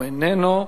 הוא איננו,